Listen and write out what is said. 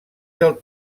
del